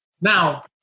Now